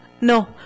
No